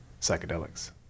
psychedelics